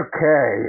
Okay